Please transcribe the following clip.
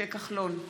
משה כחלון,